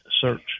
search